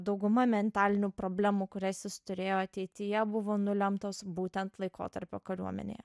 dauguma mentalinių problemų kurias jis turėjo ateityje buvo nulemtos būtent laikotarpio kariuomenėje